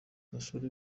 abasore